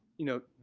you know,